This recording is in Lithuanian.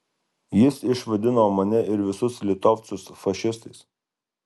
jis išvadino mane ir visus litovcus fašistais